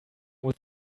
would